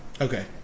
Okay